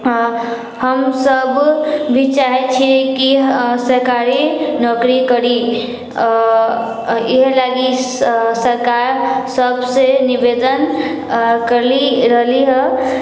हमसभ भी चाहैत छी कि सरकारी नौकरी करी इएह लागि सऽ सरकार सभसँ निवेदन करली रहलीहँ